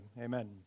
Amen